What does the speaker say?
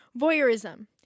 Voyeurism